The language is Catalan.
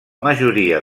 majoria